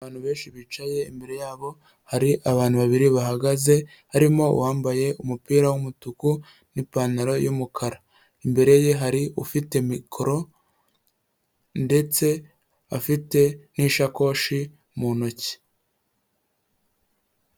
Abantu benshi bicaye imbere yabo hari abantu babiri bahagaze harimo uwambaye umupira w'umutuku n'ipantaro y'umukara, imbere ye hari ufite mikoro ndetse afite n'ishakoshi mu ntoki.